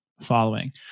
following